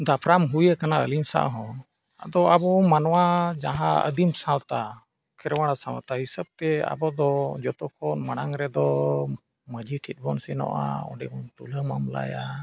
ᱫᱟᱯᱨᱟᱢ ᱦᱩᱭ ᱟᱠᱟᱱᱟ ᱟᱹᱞᱤᱧ ᱥᱟᱶ ᱦᱚᱸ ᱟᱫᱚ ᱟᱵᱚ ᱢᱟᱱᱣᱟ ᱡᱟᱦᱟᱸ ᱟᱹᱫᱤᱢ ᱥᱟᱶᱛᱟ ᱠᱷᱮᱨᱣᱟᱲ ᱥᱟᱶᱛᱟ ᱦᱤᱥᱟᱹᱵᱽ ᱛᱮ ᱟᱵᱚ ᱫᱚ ᱡᱷᱚᱛᱚ ᱠᱷᱚᱱ ᱢᱟᱲᱟᱝ ᱨᱮᱫᱚ ᱢᱟᱺᱡᱷᱤ ᱴᱷᱮᱱ ᱵᱚᱱ ᱥᱮᱱᱚᱜᱼᱟ ᱚᱸᱰᱮ ᱵᱚᱱ ᱛᱩᱞᱟᱹ ᱢᱟᱢᱞᱟᱭᱟ